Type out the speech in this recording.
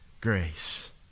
grace